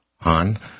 on